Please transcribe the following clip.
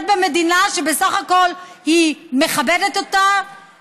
היא נמצאת במדינה שבסך הכול מכבדת אותה,